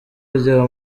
rya